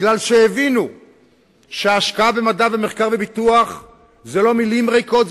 כי הבינו שהשקעה במדע ובמחקר ובפיתוח זה לא מלים ריקות,